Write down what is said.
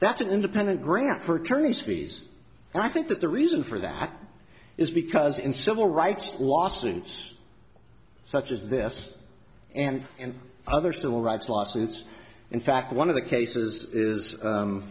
that's an independent grant for tourney's fees and i think that the reason for that is because in civil rights lawsuits such as this and other civil rights lawsuits in fact one of the cases is